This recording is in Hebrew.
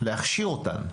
להכשיר אותן.